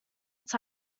its